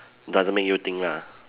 doesn't make you think lah